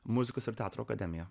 muzikos ir teatro akademiją